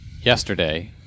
yesterday